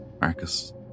Marcus